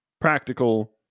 practical